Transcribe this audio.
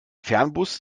fernbus